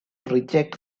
reject